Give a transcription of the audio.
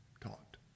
taught